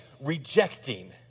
rejecting